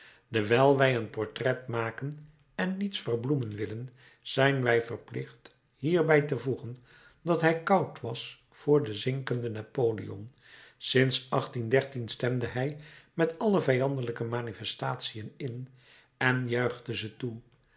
dewijl wij een portret maken en niets verbloemen willen zijn wij verplicht hierbij te voegen dat hij koud was voor den zinkenden napoleon sinds stemde hij met alle vijandelijke manifestatiën in en juichte ze toe